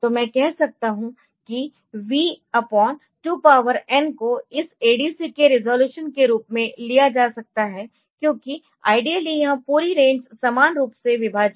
तो मैं कह सकता हूं कि V 2 n को इस ADC के रिज़ॉल्यूशन के रूप में लिया जा सकता है क्योंकि आइडियली यह पूरी रेंज समान रूप से विभाजित है